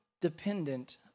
dependent